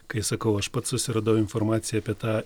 kai sakau aš pats susiradau informaciją apie tą